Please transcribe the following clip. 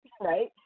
right